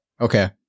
Okay